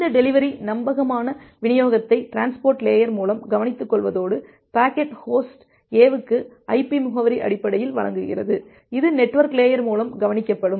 இந்த டெலிவரி நம்பகமான விநியோகத்தை டிரான்ஸ்போர்ட் லேயர் மூலம் கவனித்துக்கொள்வதோடு பாக்கெட்டை ஹோஸ்ட் A க்கு IP முகவரி அடிப்படையில் வழங்குகிறது இது நெட்வொர்க் லேயர் மூலம் கவனிக்கப்படும்